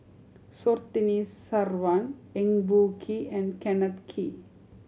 Surtini Sarwan Eng Boh Kee and Kenneth Kee